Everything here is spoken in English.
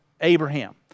Abraham